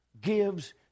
gives